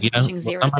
Zero